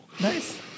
Nice